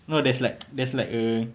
no there's like there's like a